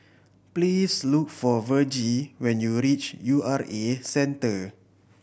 please look for Vergie when you reach U R A Centre